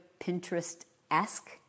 Pinterest-esque